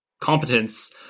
competence